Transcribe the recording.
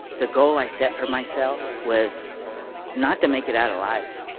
the goal i set for myself was not to make it out alive.